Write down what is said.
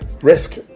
risk